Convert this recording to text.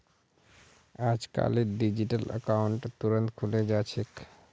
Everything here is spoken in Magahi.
अजकालित डिजिटल अकाउंट तुरंत खुले जा छेक